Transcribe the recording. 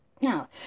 Now